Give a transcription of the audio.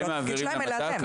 זה לא התפקיד שלהם, אלא זה אתם.